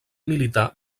militar